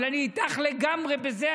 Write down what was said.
אבל אני איתך לגמרי בזה.